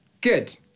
Good